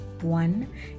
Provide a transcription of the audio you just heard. One